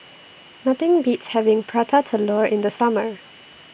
Nothing Beats having Prata Telur in The Summer